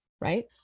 right